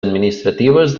administratives